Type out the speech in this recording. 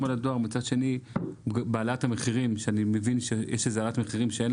על הדואר ואני מבין שיש העלאת מחירים ואין